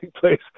place